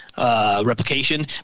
Replication